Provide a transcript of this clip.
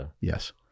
yes